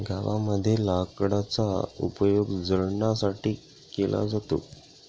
गावामध्ये लाकडाचा उपयोग जळणासाठी केला जातो